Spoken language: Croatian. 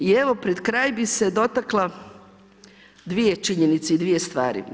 I evo pred kraj bih se dotakla dvije činjenice i dvije stvari.